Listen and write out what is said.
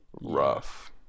Rough